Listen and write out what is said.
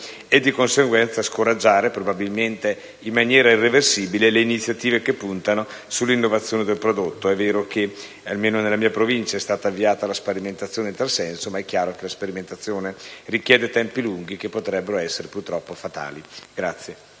e, di conseguenza, di scoraggiare probabilmente in maniera irreversibile le iniziative che puntano sull'innovazione del prodotto. È vero che, almeno nella mia Provincia, è stata avviata la sperimentazione in tal senso, ma è chiaro che questa richiede tempi lunghi che potrebbero essere, purtroppo, fatali.